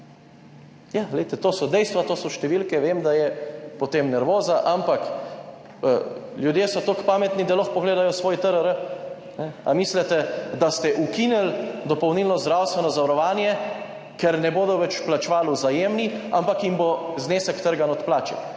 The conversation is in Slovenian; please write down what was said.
to so dejstva, to so številke, vem, da je potem nervoza, ampak ljudje so tako pametni, da lahko pogledajo svoj TRR. Ali mislite, da ste ukinili dopolnilno zdravstveno zavarovanje, ker ne bodo več plačevali Vzajemni, ampak jim bo znesek trgan od plače?